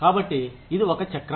కాబట్టి ఇది ఒక చక్రం